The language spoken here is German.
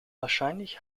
wahrscheinlich